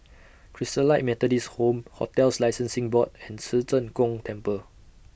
Christalite Methodist Home hotels Licensing Board and Ci Zheng Gong Temple